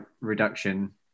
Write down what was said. reduction